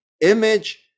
image